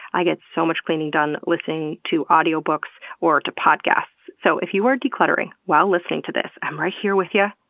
i get so much cleaning done listening to audiobooks or to podcasts. so if you are decluttering while listening to this, i'm right here with yeah